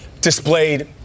displayed